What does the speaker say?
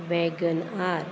vegan R